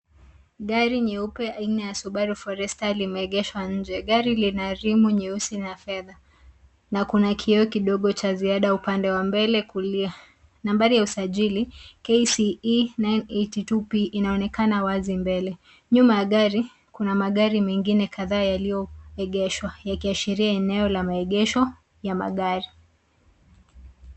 Gari nyeupe aina ya subaru forester limeegeshwa nje. Gari lina rimu nyeusi na fedha na kuna kioo kidogo cha ziada upande wa mbele kulia. Nambari ya usajili, KCE 982P inaonekana wazi mbele. Nyuma ya gari, kuna magari mengine kadhaa yaliyoegeshwa yakiashiria eneo la maegesho ya magari.